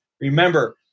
Remember